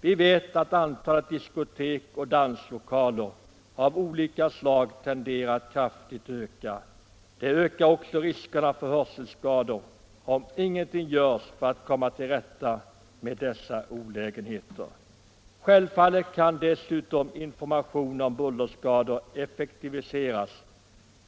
Vi vet att antalet diskotek och danslokaler av olika slag tenderar att kraftigt öka. Det ökar också riskerna för hörselskador om ingenting görs för att komma till rätta med dessa olägenheter. Självfallet kan dessutom informationen om bullerskador effektiviseras,